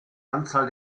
anzahl